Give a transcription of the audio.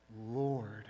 Lord